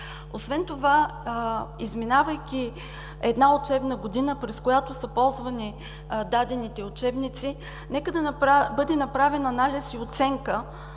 Освен това, изминавайки една учебна година, през която са ползвани дадените учебници, нека да бъде направен анализ и оценка